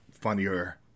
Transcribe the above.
funnier